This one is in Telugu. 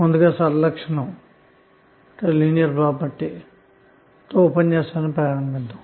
ముందుగా సరళ లక్షణం తో ఉపన్యాసాన్ని ప్రారంభిద్దాం